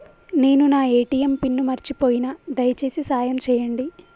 నేను నా ATM pin మర్చిపోయిన, దయచేసి సాయం చేయండి